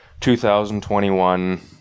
2021